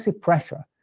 pressure